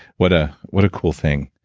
what ah what a cool thing.